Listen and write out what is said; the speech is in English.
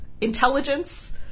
intelligence